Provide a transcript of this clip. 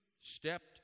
stepped